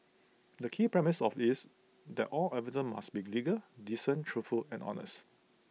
the key premise of is that all advertisements must be legal decent truthful and honest